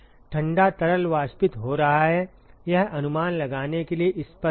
ठंडा तरल वाष्पित हो रहा है यह अनुमान लगाने के लिए स्पष्ट है